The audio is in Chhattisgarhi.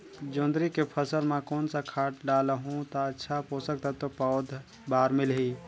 जोंदरी के फसल मां कोन सा खाद डालहु ता अच्छा पोषक तत्व पौध बार मिलही?